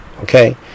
Okay